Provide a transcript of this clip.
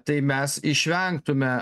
tai mes išvengtume